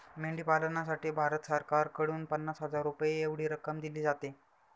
मेंढी पालनासाठी भारत सरकारकडून पन्नास हजार रुपये एवढी रक्कम दिली जाते